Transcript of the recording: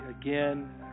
again